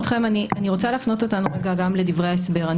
רוצה להפנות אותנו גם לדברי ההסבר.